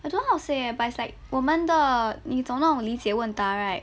I don't know how to say ah but it's like 我们的那种理解问答 right